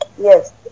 yes